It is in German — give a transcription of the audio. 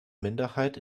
minderheit